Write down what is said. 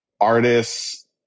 artists